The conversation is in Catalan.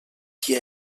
qui